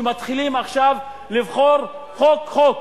שמתחילים עכשיו לבחור חוק-חוק,